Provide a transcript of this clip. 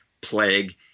plague